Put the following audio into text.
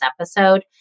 episode